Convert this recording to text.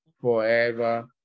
forever